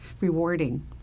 rewarding